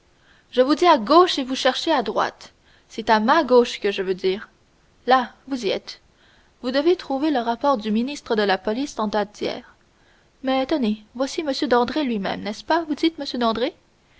je vous dis à gauche et vous cherchez à droite c'est à ma gauche que je veux dire là vous y êtes vous devez trouver le rapport du ministre de la police en date d'hier mais tenez voici m dandré lui-même n'est-ce pas vous dites m dandré